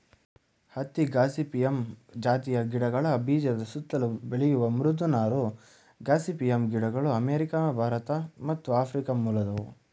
ಹತ್ತಿ ಗಾಸಿಪಿಯಮ್ ಜಾತಿಯ ಗಿಡಗಳ ಬೀಜದ ಸುತ್ತಲು ಬೆಳೆಯುವ ಮೃದು ನಾರು ಗಾಸಿಪಿಯಮ್ ಗಿಡಗಳು ಅಮೇರಿಕ ಭಾರತ ಮತ್ತು ಆಫ್ರಿಕ ಮೂಲದವು